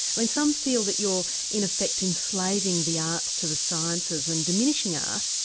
i mean some feel that you're in effect enslaving the arts to the sciences and diminishing art,